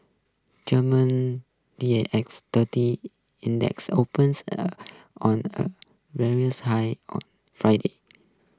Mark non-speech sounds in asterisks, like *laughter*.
Germany D A X thirty index opens a on a *unintelligible* high on Friday